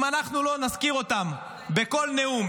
אם אנחנו לא נזכיר אותם בכל נאום,